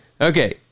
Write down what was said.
Okay